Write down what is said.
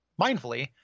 mindfully